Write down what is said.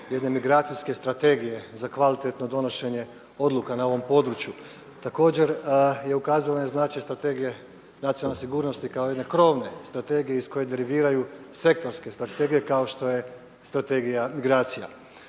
jedne migracijske strategije za kvalitetno donošenje odluka na ovom području. Također je ukazala na značaj Strategije nacionalne sigurnosti kao jedne krovne strategije iz koje deriviraju sektorske strategije kao što je Strategija migracija.